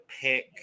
pick